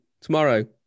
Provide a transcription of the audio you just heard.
tomorrow